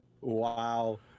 Wow